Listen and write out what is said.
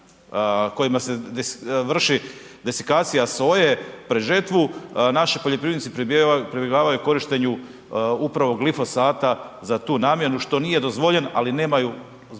kojima se vrši desikacija soje pred žrtvu, naši poljoprivrednici pribjegavaju korištenju upravo glifosata za tu namjenu što nije dozvoljen, ali nemaju … dovoljne